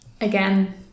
Again